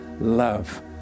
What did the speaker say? Love